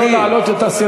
זה לא להעלות את הסרטון.